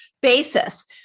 basis